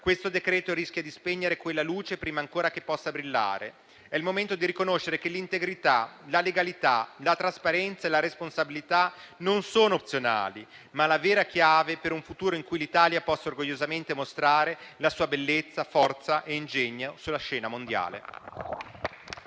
questo decreto rischia di spegnere quella luce prima ancora che possa brillare. È il momento di riconoscere che l'integrità, la legalità, la trasparenza e la responsabilità sono non opzionali, ma la vera chiave per un futuro in cui l'Italia possa orgogliosamente mostrare la sua bellezza, forza e ingegno sulla scena mondiale.